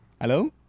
Hello